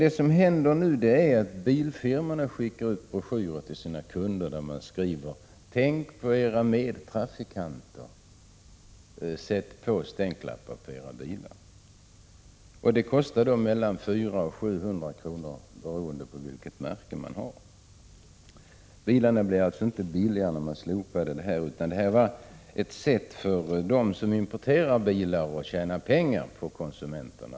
Vad som händer nu är att bilfirmorna skickar ut broschyrer till sina kunder med texten: Tänk på era medtrafikanter — sätt på stänklappar på era bilar! Det kostar då mellan 400 och 700 kr., beroende på vilket bilmärke man har. Bilarna blev alltså inte billigare, när man slopade stänkskydden. Det var i stället ett sätt för dem som importerar bilar att tjäna pengar på konsumenterna.